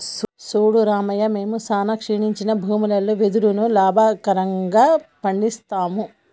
సూడు రామయ్య మేము సానా క్షీణించి భూములలో వెదురును లాభకరంగా పండిస్తాము